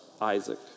Isaac